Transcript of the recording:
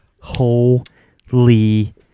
Holy